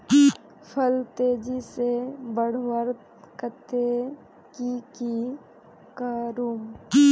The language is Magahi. फल तेजी से बढ़वार केते की की करूम?